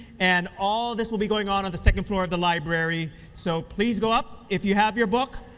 and all this will be going on on the second floor of the library. so please go up. if you have your book,